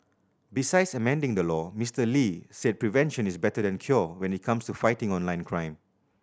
besides amending the law Mister Lee said prevention is better than cure when it comes to fighting online crime